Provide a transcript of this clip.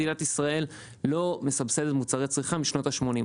מדינת ישראל לא מסבסדת מוצרי צריכה משנות השמונים.